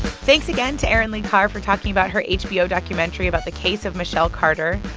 thanks again to erin lee carr for talking about her hbo documentary about the case of michelle carter.